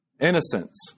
Innocence